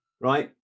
right